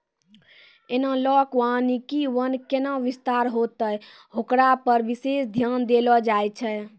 एनालाँक वानिकी वन कैना विस्तार होतै होकरा पर विशेष ध्यान देलो जाय छै